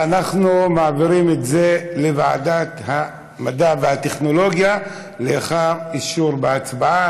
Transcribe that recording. אנחנו מעבירים את זה לוועדת המדע והטכנולוגיה לאחר אישור בהצבעה.